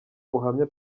buhamya